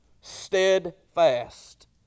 steadfast